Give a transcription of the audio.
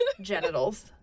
genitals